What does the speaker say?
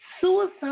Suicide